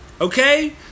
Okay